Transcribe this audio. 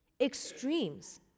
Extremes